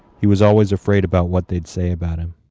he was always afraid about what they'd say about him.